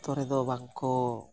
ᱠᱚᱨᱮ ᱫᱚ ᱵᱟᱝ ᱠᱚ